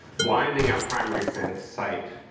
blinding our primary sense, sight,